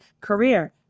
career